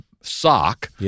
sock